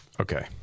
Okay